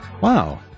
Wow